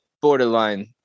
borderline